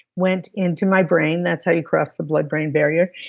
went into my brain that's how you cross the blood brain barrier.